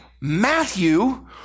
Matthew